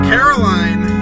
Caroline